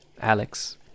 Alex